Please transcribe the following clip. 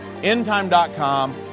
endtime.com